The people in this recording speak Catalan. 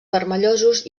vermellosos